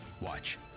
Watch